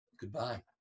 Goodbye